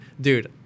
dude